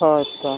ᱦᱳᱭ ᱛᱚ